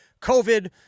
COVID